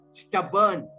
stubborn